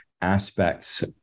aspects